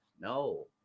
No